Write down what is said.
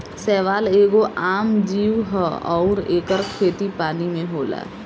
शैवाल एगो आम जीव ह अउर एकर खेती पानी में होला